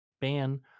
ban